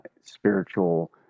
spiritual